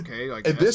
okay